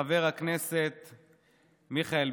חבר הכנסת מרגי,